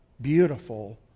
beautiful